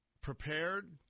prepared